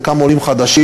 חלקם עולים חדשים,